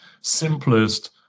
simplest